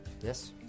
Yes